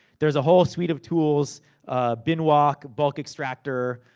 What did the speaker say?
there's a whole suite of tools bin walk, bulk extractor,